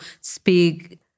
speak